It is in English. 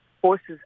forces